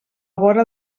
vora